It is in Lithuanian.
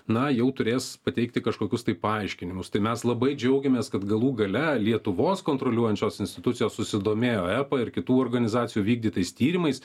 na jau turės pateikti kažkokius tai paaiškinimus tai mes labai džiaugiamės kad galų gale lietuvos kontroliuojančios institucijos susidomėjo epa ir kitų organizacijų vykdytais tyrimais